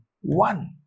One